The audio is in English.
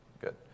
Good